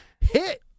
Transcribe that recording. hit